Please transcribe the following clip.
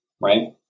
right